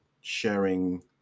sharing